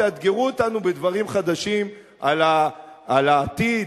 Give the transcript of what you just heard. תאתגרו אותנו בדברים חדשים על העתיד,